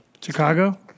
Chicago